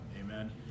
Amen